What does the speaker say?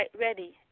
ready